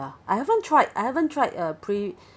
ya I haven't tried I haven't tried uh pre